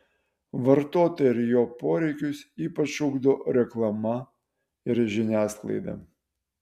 vartotoją ir jo poreikius ypač ugdo reklama ir žiniasklaida